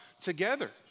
together